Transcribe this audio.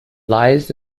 lies